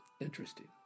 Interesting